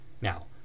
Now